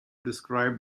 described